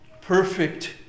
perfect